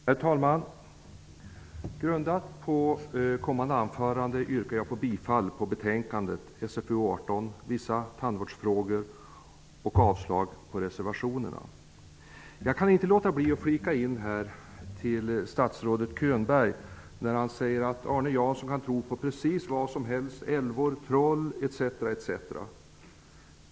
Herr talman! Jag yrkar bifall till hemställan och avslag på reservationen i betänkande SfU18, Vissa tandvårdsfrågor. Jag kan inte låta bli att kommentera det som statsrådet Könberg sade. Han sade att Arne Jansson kan tro på precis vad som helst, t.ex. älvor och troll.